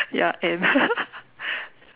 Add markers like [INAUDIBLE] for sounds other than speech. ya end [LAUGHS]